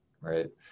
right